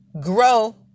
grow